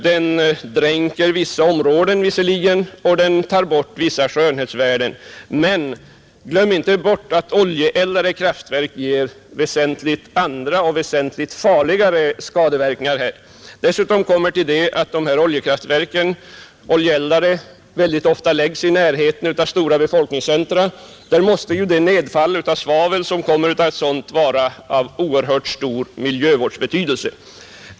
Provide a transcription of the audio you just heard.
Det dränker en del områden visserligen, och det tar bort vissa skönhetsvärden, men glöm inte att oljeeldade kraftverk ger andra och väsentligt farligare skadeverkningar. Dessutom tillkommer att oljekraftverken ofta läggs i närheten av stora befolkningscentra. Där måste nedfallet av svavel vara av oerhört stor betydelse för miljön.